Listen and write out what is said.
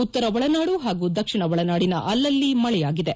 ಉತ್ತರ ಒಳನಾಡು ಹಾಗೂ ದಕ್ಷಿಣ ಒಳನಾಡಿನ ಅಲ್ಲಲ್ಲಿ ಮಳೆಯಾಗಿದೆ